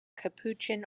capuchin